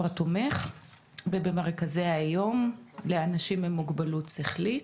התומך ובמרכזי היום לאנשים עם מוגבלות שכלית,